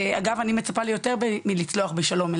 אגב אני מצפה ליותר מלצלוח בשלום,